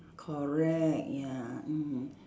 correct ya mm